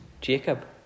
jacob